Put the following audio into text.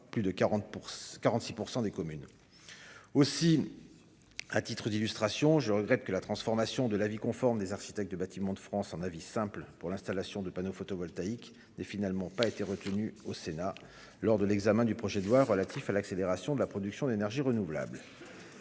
pour 100 46 % des communes aussi à titre d'illustration, je regrette que la transformation de l'avis conforme des architectes des bâtiments de France, un avis simple pour l'installation de panneaux photovoltaïques n'est finalement pas été retenu au Sénat lors de l'examen du projet de loi relatif à l'accélération de la production d'énergies renouvelables